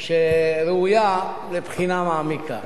שראויה לבחינה מעמיקה.